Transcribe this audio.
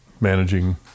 managing